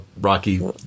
rocky